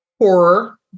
horror